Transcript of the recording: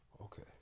Okay